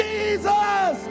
Jesus